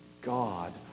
God